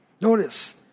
Notice